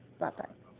Bye-bye